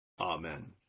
amen